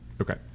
okay